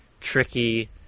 tricky